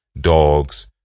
dogs